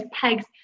pegs